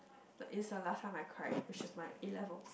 is the last time I cried which is my A-levels